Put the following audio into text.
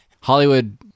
Hollywood